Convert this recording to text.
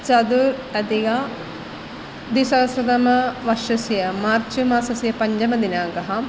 चतुरधिकं द्विसहस्रतमवर्षस्य मार्च् मासस्य पञ्चमदिनाङ्कः